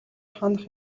хонох